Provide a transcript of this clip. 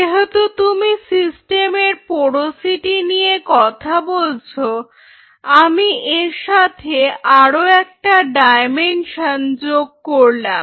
যেহেতু তুমি সিস্টেমের পোরোসিটি নিয়ে কথা বলছো আমি এর সাথে আরও একটা ডায়মেনশন যোগ করলাম